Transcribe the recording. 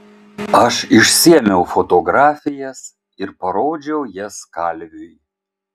aš išsiėmiau fotografijas ir parodžiau jas kalviui